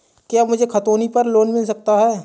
क्या मुझे खतौनी पर लोन मिल सकता है?